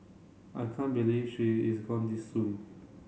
I can't believe she is gone this soon